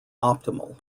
optimal